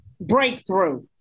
breakthrough